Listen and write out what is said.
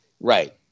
right